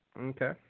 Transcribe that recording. Okay